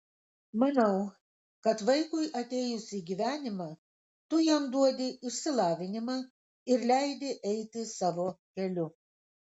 manau kad vaikui atėjus į gyvenimą tu jam duodi išsilavinimą ir leidi eiti savo keliu